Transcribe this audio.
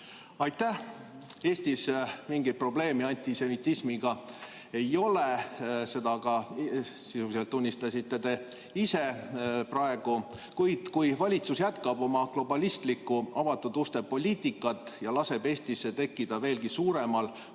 Aitäh! Eestis mingit probleemi antisemitismiga ei ole, seda te sisuliselt tunnistasite ka ise praegu. Kuid kui valitsus jätkab oma globalistlikku avatud uste poliitikat ja laseb Eestis tekkida veelgi suuremal